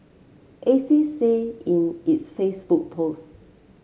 say in its Facebook post